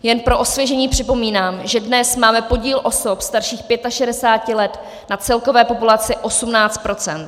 Jen pro osvěžení připomínám, že dnes máme podíl osob starších pětašedesáti let na celkové populaci 18 %.